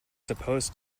supposed